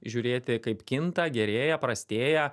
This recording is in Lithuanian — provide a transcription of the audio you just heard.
žiūrėti kaip kinta gerėja prastėja